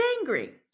angry